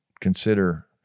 consider